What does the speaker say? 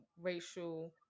racial